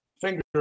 finger